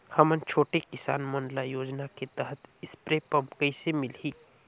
हमन छोटे किसान मन ल योजना के तहत स्प्रे पम्प कइसे मिलही?